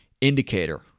indicator